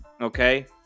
Okay